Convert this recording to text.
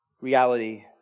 reality